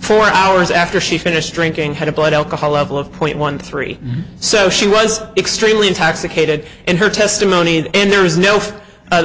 four hours after she finished drinking had a blood alcohol level of point one three so she was extremely intoxicated in her testimony and there is no